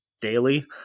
daily